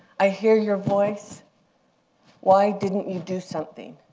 i hear your voice why didn't you do something,